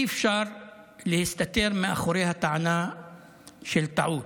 אי-אפשר להסתתר מאחורי הטענה של "טעות".